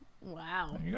Wow